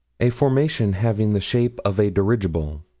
a formation having the shape of a dirigible.